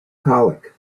colic